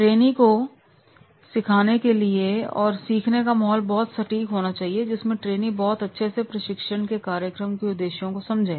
trainee को सिखाने के लिए सीखने का माहौल बहुत सटीक होना चाहिए जिसमें ट्रेनी बहुत अच्छे से प्रशिक्षण के कार्यक्रम के उद्देश्यों को समझें